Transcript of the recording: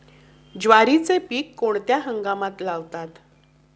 ज्वारीचे पीक कोणत्या हंगामात लावतात?